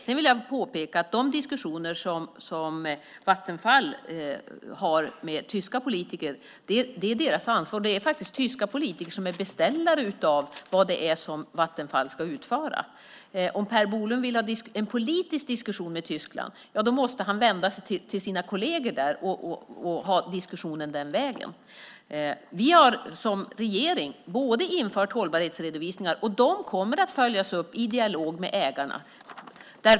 Jag vill också påpeka att de diskussioner som Vattenfall har med tyska politiker är deras ansvar. Det är faktiskt tyska politiker som är beställare av vad Vattenfall ska utföra. Om Per Bolund vill ha en politisk diskussion med Tyskland måste han vända sig till sina kolleger där och ta diskussionen den vägen. Regeringen har infört hållbarhetsredovisningar som kommer att följas upp i dialog med ägarna.